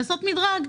לעשות מדרג.